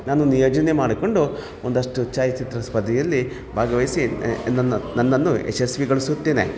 ನಾನು ನಿಯೋಜನೆ ಮಾಡಿಕೊಂಡು ಒಂದಷ್ಟು ಛಾಯಾಚಿತ್ರ ಸ್ಪರ್ಧೆಯಲ್ಲಿ ಭಾಗವಹಿಸಿ ನನ್ನ ನನ್ನನ್ನು ಯಶಸ್ವಿಗೊಳಿಸುತ್ತೇನೆ